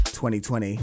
2020